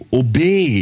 obey